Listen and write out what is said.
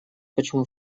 почему